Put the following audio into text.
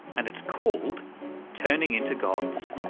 and it's called turning into gods.